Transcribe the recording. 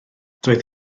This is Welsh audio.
doedd